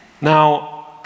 Now